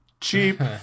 Cheap